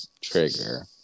trigger